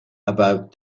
about